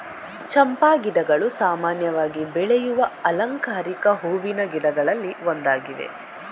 ಚಂಪಾ ಗಿಡಗಳು ಸಾಮಾನ್ಯವಾಗಿ ಬೆಳೆಯುವ ಅಲಂಕಾರಿಕ ಹೂವಿನ ಗಿಡಗಳಲ್ಲಿ ಒಂದಾಗಿವೆ